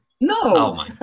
No